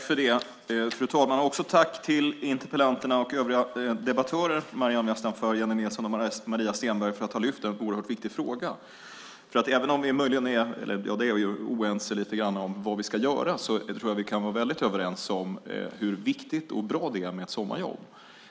Fru talman! Tack till interpellanterna och övriga debattörer, Maryam Yazdanfar, Jennie Nilsson och Maria Stenberg, för att ni har lyft upp en oerhört viktig fråga. Även om vi är oense om vad vi ska göra är vi överens om hur viktigt och bra det är med ett sommarjobb.